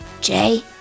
Jay